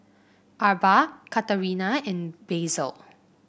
Arba Katerina and Basil